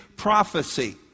Prophecy